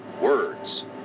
words